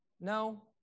No